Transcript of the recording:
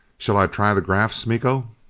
shall i try the graphs, miko?